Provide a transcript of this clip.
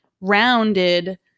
rounded